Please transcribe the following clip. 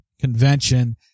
convention